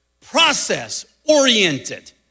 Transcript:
process-oriented